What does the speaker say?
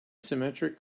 symmetric